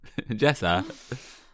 Jessa